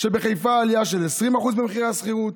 שבחיפה, עלייה של 20% במחירי השכירות,